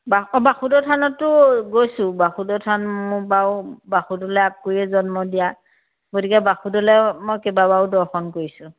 বাস বাসুদ থানতো গৈছোঁ বাসুদ থান মোৰ বাৰু বাসুদলে আকুয়িয়ে জন্ম দিয়া গতিকে বাসুদলেও মই কেইবাবাৰো দৰ্শন কৰিছোঁ